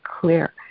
clear